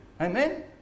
Amen